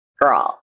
Girl